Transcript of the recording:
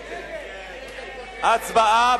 הצבעה,